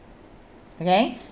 okay